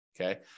Okay